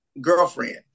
Girlfriend